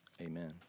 Amen